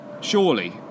Surely